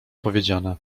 powiedziane